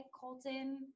Colton